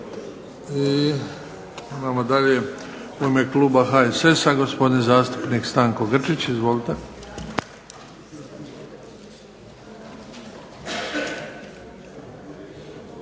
Idemo dalje u ime kluba HSS-a gospodin zastupnik Stanko Grčić. Izvolite.